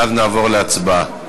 ואז נעבור להצבעה.